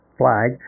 flag